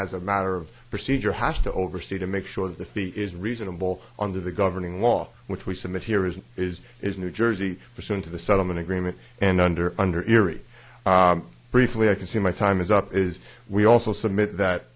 as a matter of procedure has to oversee to make sure the fee is reasonable under the governing law which we submit here is is is new jersey for soon to the settlement agreement and under under erie briefly i can see my time is up is we also submit that